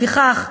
לפיכך,